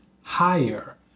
higher